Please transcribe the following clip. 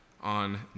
on